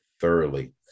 thoroughly